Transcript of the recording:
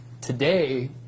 today